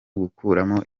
gukuramo